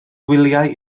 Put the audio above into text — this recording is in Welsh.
gwyliau